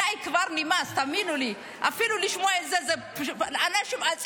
די כבר, נמאס אפילו לשמוע את זה, תאמינו לי.